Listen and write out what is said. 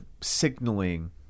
signaling